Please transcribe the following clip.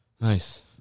Nice